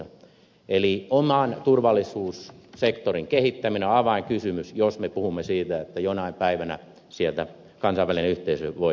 eli oman turvallisuussektorin kehittäminen on avainkysymys jos me puhumme siitä että jonain päivänä sieltä kansainvälinen yhteisö voi vetäytyä